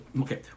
okay